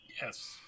Yes